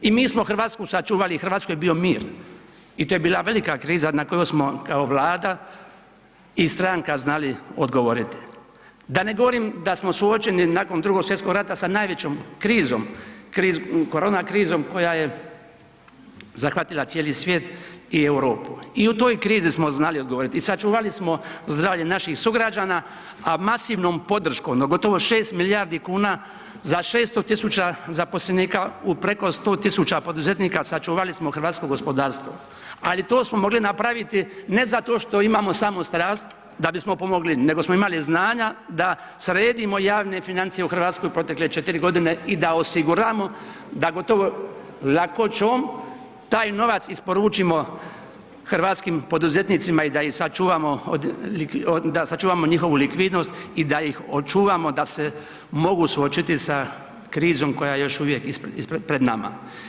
I mi smo Hrvatsku sačuvali, u Hrvatskoj je bio mir i to je bila velika kriza na kojoj smo kao Vlada i stranka znali odgovoriti da ne govorim da smo suočeni nakon II. svj. rata sa najvećom krizom, korona krizom koja je zahvatila cijeli svijet i Europu i u toj krizi smo znali odgovoriti i sačuvali smo zdravlje naših sugrađana a masivnom podrškom od gotovo 6 milijardi kuna, za 600 000 zaposlenika u preko 110 000 poduzetnika, sačuvali smo hrvatsko gospodarstvo ali to smo mogli napraviti ne zato što imamo samo strast da bi smo pomogli nego smo imali znanja da sredimo javne financije u Hrvatskoj u protekle 4 g. i da osiguramo da gotovo lakoćom taj novac isporučimo hrvatskim poduzetnicima i da sačuvamo njihovu likvidnost i da ih očuvamo da se mogu suočiti sa krizom koja je još uvijek pred nama.